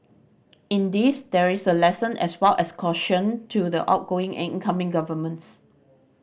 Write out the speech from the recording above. in this there is a lesson as well as a caution to the outgoing and incoming governments